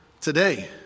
today